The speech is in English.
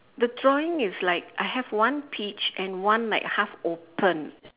the drawing is like I have one peach and one like half opened